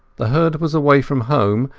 the herd was away from home,